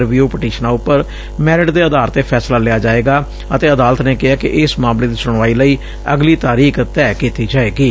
review ਪਟੀਸ਼ਨਾਂ ਉਪਰ merit ਦੇ ਆਧਾਰ ਤੇ ਫੈਸਲਾ ਲਿਆ ਜਾਏਗਾ ਅਤੇ ਅਦਾਲਤ ਨੇ ਕਿਹੈ ਕਿ ਇਸ ਮਾਮਲੇ ਦੀ ਸੁਣਵਾਈ ਲਈ ਅਗਲੀ ਤਾਰੀਕ ਤੈਅ ਕੀਤੀ ਜਾਏਗੀ